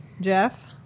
Jeff